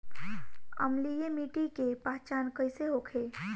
अम्लीय मिट्टी के पहचान कइसे होखे?